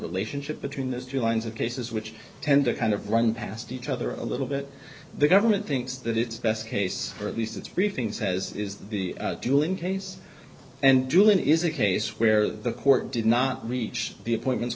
relationship between those two lines of cases which tend to kind of run past each other a little bit the government thinks that its best case or at least its briefing says is the dueling case and julian is a case where the court did not reach the appointments